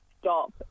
stop